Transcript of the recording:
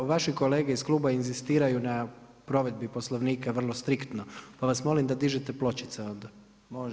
Vaše kolege iz kluba inzistiraju na provedbi Poslovnika vrlo striktno pa vas molim da dižete pločice onda.